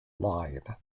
line